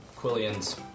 Quillian's